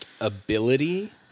ability-